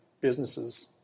businesses